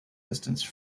distance